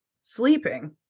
sleeping